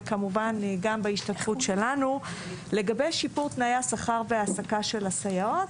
וכמובן גם בהשתתפות שלנו לגבי שיפור תנאי השכר וההעסקה של הסייעות.